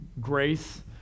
grace